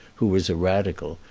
who was a radical,